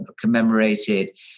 commemorated